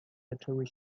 zaczęły